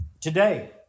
Today